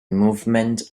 movement